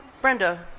Brenda